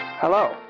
Hello